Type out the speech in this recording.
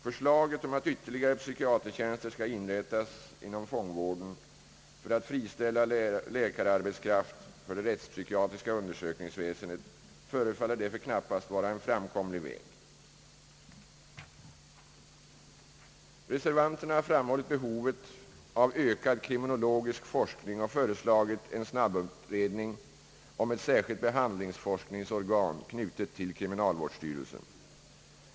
Förslaget om att ytterligare psykiatertjänster skall inrättas vid fångvårdsanstalterna för att friställa läkararbetskraft för det rättspsykiatriska undersökningsväsendet förefaller därför knappast vara en framkomlig väg. Problemet med att öka den rättspsykiatriska undersökningskapaciteten lär få angripas från andra utgångspunkter — kanhända genom en kombination av olika åtgärder. Reservanterna har framhållit behovet av ökad kriminologisk forskning och föreslagit en snabbutredning om ett särskilt behandlingsforskningsorgan, knutet till kriminalvårdsstyrelsen.